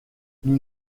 nous